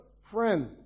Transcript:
friend